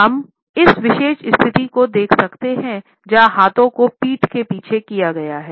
हम इस विशेष स्थिति को देख सकते है जहां हाथों को पीठ के पीछे किया गया है